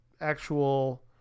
actual